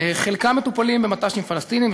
חלקם מטופלים במט"שים פלסטיניים,